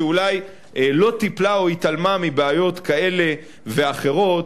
שאולי לא טיפלה או התעלמה מבעיות כאלה ואחרות,